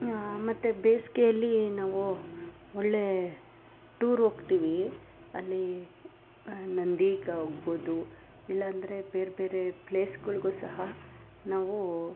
ಮತ್ತೆ ಬೇಸಿಗೆಯಲ್ಲಿ ನಾವು ಒಳ್ಳೆಯ ಟೂರ್ ಹೋಗ್ತೀವಿ ಅಲ್ಲಿ ನಂದಿಗೆ ಹೋಗ್ಬೋದು ಇಲ್ಲ ಅಂದರೆ ಬೇರೆ ಬೇರೆ ಪ್ಲೇಸ್ಗಳಿಗೂ ಸಹ ನಾವು